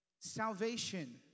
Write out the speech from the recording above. Salvation